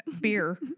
beer